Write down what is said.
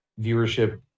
viewership